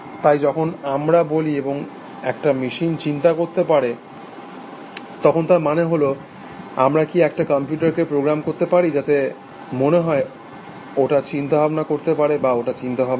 তাই যখন আমরা বলি একটা মেশিন চিন্তা করতে পারে তখন তার মানে হল আমরা কি একটা কম্পিউটারকে প্রোগ্রাম করতে পারি যাতে মনে হয় ওটা চিন্তা ভাবনা করতে পারে বা ওটা চিন্তাভাবনা করে